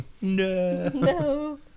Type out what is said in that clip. No